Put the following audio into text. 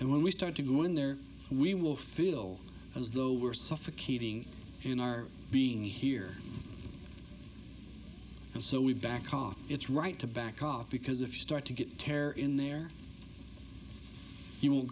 and when we start to go in there we will feel as though we're suffocating in our being here so we back off it's right to back off because if you start to get terror in there